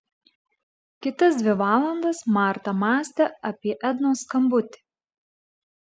kitas dvi valandas marta mąstė apie ednos skambutį